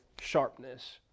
sharpness